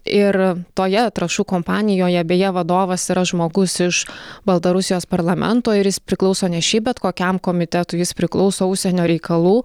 ir toje trąšų kompanijoje beje vadovas yra žmogus iš baltarusijos parlamento ir jis priklauso ne šiaip bet kokiam komitetui jis priklauso užsienio reikalų